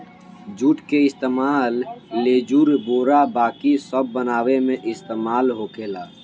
जुट के इस्तेमाल लेजुर, बोरा बाकी सब बनावे मे इस्तेमाल होखेला